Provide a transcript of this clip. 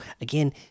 again